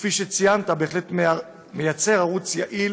שכפי שציינת, בהחלט מייצר ערוץ יעיל